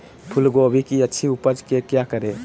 फूलगोभी की अच्छी उपज के क्या करे?